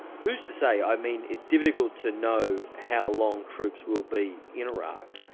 who's to say? i mean it's difficult to know how long troops will be in iraq.